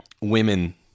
women